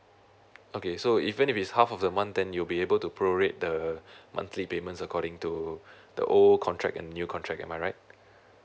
okay so even if it's half of the month then you'll be able to pro rate the monthly payments according to the old contract and new contract am I right